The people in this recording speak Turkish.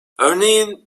örneğin